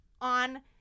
on –